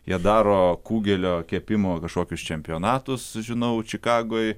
jie daro kugelio kepimo kažkokius čempionatus žinau čikagoj